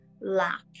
lack